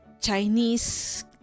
Chinese